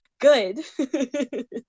Good